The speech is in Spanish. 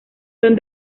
son